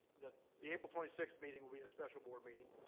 the the april twenty sixth meeting will be a special board meeting,